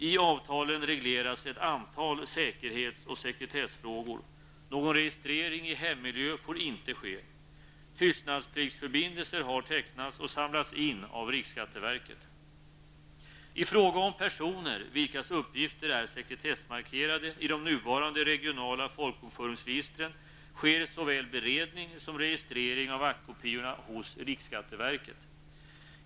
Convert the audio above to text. I avtalen regleras ett antal säkerhets och sekretessfrågor. Någon registrering i hemmiljö får inte ske. Tystnadspliktsförbindelser har tecknats och samlats in av riksskatteverket. I fråga om personer vilkas uppgifter är sekretessmarkerade i de nuvarande regionala folkbokföringsregistren sker såväl beredning som registrering av aktkopiorna hos riksskatteverket.